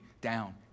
down